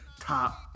top